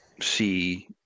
see